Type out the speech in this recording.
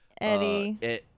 Eddie